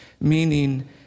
meaning